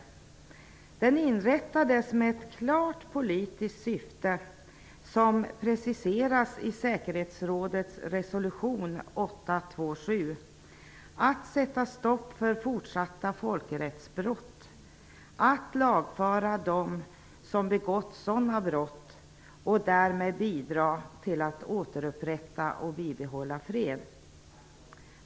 Jugoslavientribunalen inrättades med ett klart politiskt syfte, som preciseras i säkerhetsrådets resolution 827: att sätta stopp för fortsatta folkrättsbrott, att lagföra dem som begått sådana brott och därmed bidra till att återupprätta och bibehålla fred.